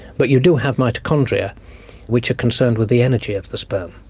but you do have mitochondria which are concerned with the energy of the sperm.